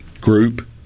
group